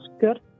good